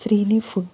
Srini food